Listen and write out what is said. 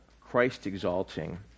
Christ-exalting